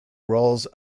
roles